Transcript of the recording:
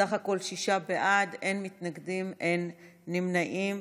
ארבעה בעד, אין מתנגדים, אין נמנעים.